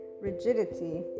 rigidity